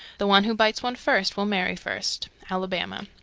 the one who bites one first will marry first. alabama.